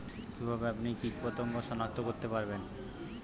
কিভাবে আপনি কীটপতঙ্গ সনাক্ত করতে পারেন?